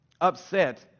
upset